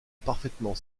parfaitement